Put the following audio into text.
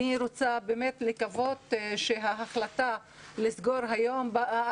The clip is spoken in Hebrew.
אני רוצה באמת לקוות שההחלטה לסגור היום באה